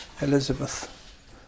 Elizabeth